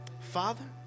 Father